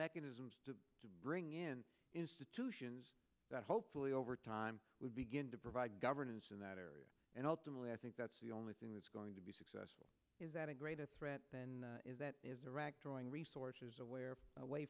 mechanisms to bring in institutions that hopefully over time would begin to provide governance in that area and ultimately i think that's the only thing that's going to be successful is that a greater threat than that is iraq drawing resources away or away